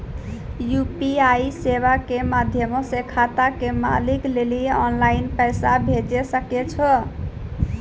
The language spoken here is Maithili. यू.पी.आई सेबा के माध्यमो से खाता के मालिक लेली आनलाइन पैसा भेजै सकै छो